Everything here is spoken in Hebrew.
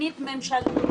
נעולה.